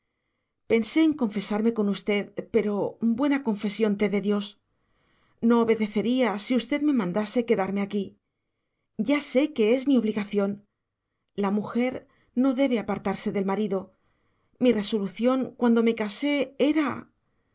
pensé en confesarme con usted pero buena confesión te dé dios no obedecería si usted me mandase quedarme aquí ya sé que es mi obligación la mujer no debe apartarse del marido mi resolución cuando me casé era